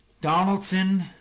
Donaldson